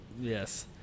Yes